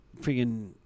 freaking